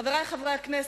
חברי חברי הכנסת,